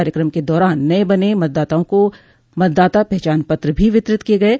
कार्यक्रम के दौरान नये बने मतदाताओं को मतदाता पहचान पत्र भी वितरित किये गये